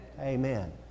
Amen